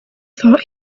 thought